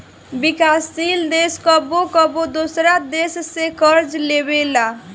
विकासशील देश कबो कबो दोसरा देश से कर्ज लेबेला